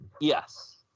Yes